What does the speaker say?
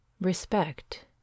respect